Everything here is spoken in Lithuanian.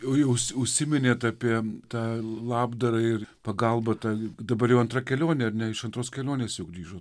o jūs užsiminėt apie tą labdarą ir pagalbą tą dabar jau antra kelionė ar ne iš antros kelionės jau grįžot